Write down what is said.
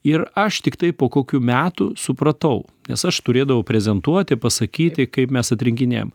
ir aš tiktai po kokių metų supratau nes aš turėdavau prezentuoti pasakyti kaip mes atrinkinėjam